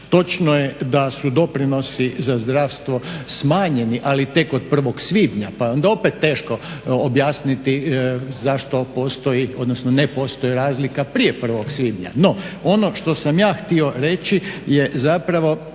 Točno je da su doprinositi za zdravstvo smanjeni ali tek od 1. svibnja, pa je onda opet teško objasniti zašto postoji odnosno ne postoji razlika prije 1. svibnja. No, ono što sam ja htio reći je zapravo